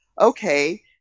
okay